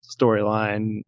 storyline